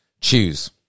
Choose